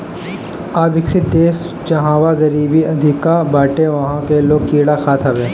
अविकसित देस जहवा गरीबी अधिका बाटे उहा के लोग कीड़ा खात हवे